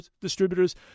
distributors